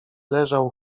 leżał